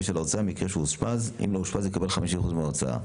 של ההוצאה במקרה שאושפז אם לא אושפז יקבל 50% מן ההוצאה.